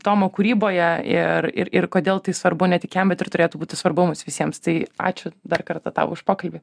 tomo kūryboje ir ir ir kodėl tai svarbu ne tik jam bet ir turėtų būti svarbu mums visiems tai ačiū dar kartą tau už pokalbį